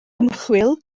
ymchwil